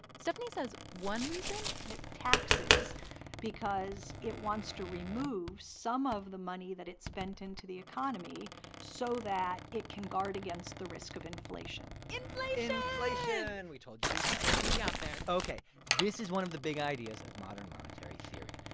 stephanie says, one reason. it taxes because it wants to remove some of the money that it spent into the economy so that it can guard against the risk of inflation inflation inflation. like yeah and we told you we'd yell it we got there ok. this is one of the big ideas of modern monetary theory.